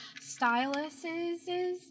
Styluses